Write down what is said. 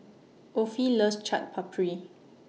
Offie loves Chaat Papri